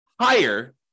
higher